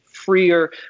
freer